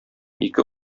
ике